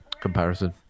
comparison